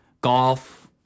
golf